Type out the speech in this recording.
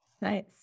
Nice